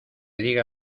diga